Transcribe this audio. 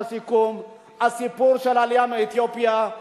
לסיכום: הסיפור של העלייה מאתיופיה,